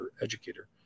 educator